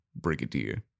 Brigadier